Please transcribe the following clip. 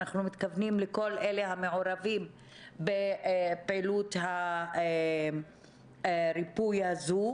אנחנו מתכוונים לכל אלה המעורבים בפעילות הריפוי הזאת.